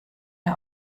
der